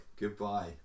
Goodbye